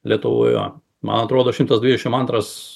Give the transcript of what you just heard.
lietuvoje man atrodo šimtas dvidešim antras